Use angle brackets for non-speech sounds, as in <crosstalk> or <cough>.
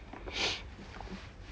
<noise>